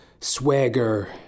swagger